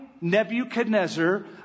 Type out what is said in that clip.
Nebuchadnezzar